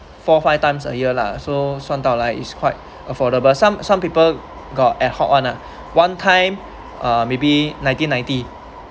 four five times a year lah so 算到来 is quite affordable some some people got ad hoc [one] lah one time uh maybe nineteen ninety